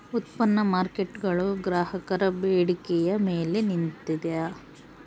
ಉತ್ಪನ್ನ ಮಾರ್ಕೇಟ್ಗುಳು ಗ್ರಾಹಕರ ಬೇಡಿಕೆಯ ಮೇಲೆ ನಿಂತಿದ